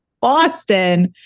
boston